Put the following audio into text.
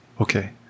Okay